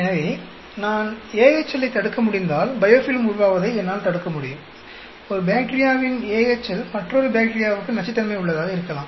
எனவே நான் AHL ஐத் தடுக்க முடிந்தால் பயோஃபில்ம் உருவாவதை என்னால் தடுக்க முடியும் ஒரு பாக்டீரியாவின் AHL மற்றொரு பாக்டீரியாவுக்கு நச்சுத்தன்மையுள்ளதாக இருக்கலாம்